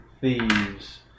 thieves